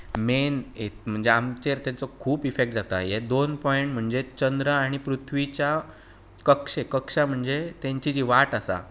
main एक म्हणजे आमचेर तांचो खूब इफेक्ट जाता हे दोन पॉयंट म्हणजें चंद्र आनी पृथ्वीच्या कक्ष कक्षा म्हणजें तांची जी वाट आसा